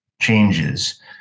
changes